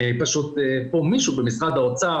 פשוט פה מישהו במשרד האוצר,